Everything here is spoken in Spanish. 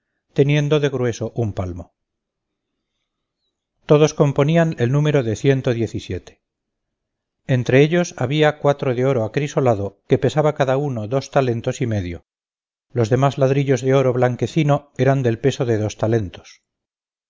teniendo de grueso un palmo todos componían el número de ciento diecisiete entre ellos habla cuatro de oro acrisolado que pesaba cada uno dos talentos y medio los demás ladrillos de oro blanquecino eran del peso de dos talentos